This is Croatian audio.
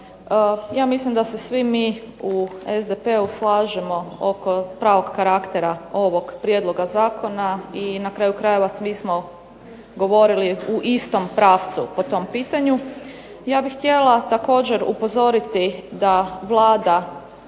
ja mislim da se svi mi u SDP-u slažemo oko pravog karaktera ovog prijedloga zakona i na kraju krajeva svi smo govorili u istom pravcu po tom pitanju. Ja bih htjela također upozoriti da Vlada